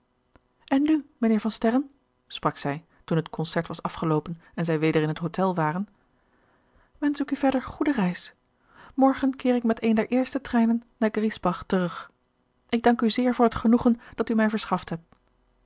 en nu mijnheer van sterren sprak zij toen het concert was afgeloopen en zij weder in het hotel waren wensch ik u verder goede reis morgen keer ik met een der eerste treinen naar griesbach terug ik dank u zeer voor het genoegen dat u mij verschaft hebt